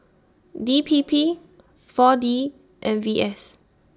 D P P four D and V S